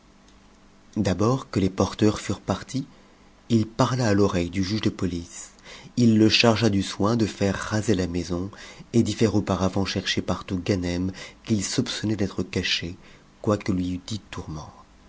d'abord que les porteurs furent partis il parla à l'oreille du juge de police il le chargea du soin de faire raser la maison et d'y faire auparavant chercher partout ganem qu'il soupçonnait d'être caché quoi q lui eût dit